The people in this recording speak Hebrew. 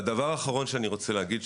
והדבר האחרון שאני רוצה להגיד,